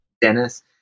Dennis